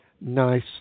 nice